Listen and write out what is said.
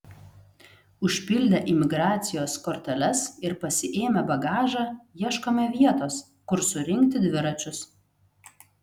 užpildę imigracijos korteles ir pasiėmę bagažą ieškome vietos kur surinkti dviračius